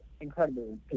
incredible